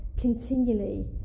continually